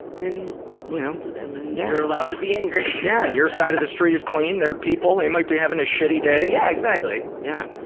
then listen you know to them and they're allowed to be angry. yeah. your side of the street is clean. they're people. they might be having a shitty day. yeah, exactly. yeah.